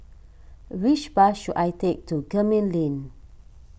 which bus should I take to Gemmill Lane